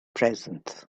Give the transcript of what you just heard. present